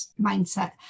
mindset